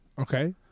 Okay